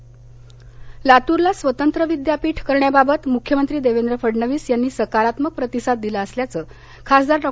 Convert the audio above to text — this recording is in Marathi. लातर लातूरला स्वतंत्र विद्यापीठ करण्याबाबत मुख्यमंत्री देवेंद्र फडणवीस यांनी सकारात्मक प्रतिसाद दिला असल्याचं खासदार डॉ